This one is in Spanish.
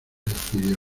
despidió